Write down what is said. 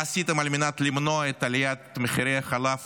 מה עשיתם על מנת למנוע את עליית מחירי החלב